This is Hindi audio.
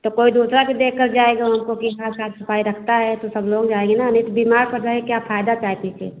तो कोई दूसरा भी देखकर जाएगा उनको कि हाँ साफ सफाई रखता है तो सब लोग जाएँगे ना नहीं तो बीमार पड़ जाएँगे तो क्या फाएदा चाय पीकर